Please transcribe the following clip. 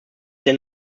denn